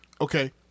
Okay